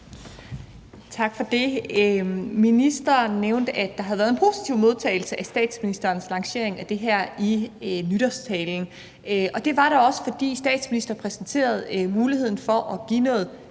Tak for det. Ministeren nævnte, at der havde været en positiv modtagelse af statsministerens lancering af det her i nytårstalen. Og det var der også, for statsministeren præsenterede muligheden for at give noget